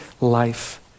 life